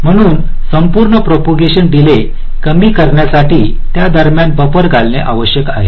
म्हणून संपूर्ण propagation delay कमी करण्यासाठीत्या दरम्यान बफर घालणे चांगले आहे